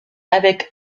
avec